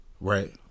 right